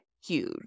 huge